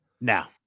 now